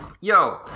Yo